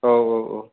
औ औ औ